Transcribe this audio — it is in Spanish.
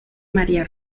maría